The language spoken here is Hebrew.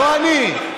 לא אני.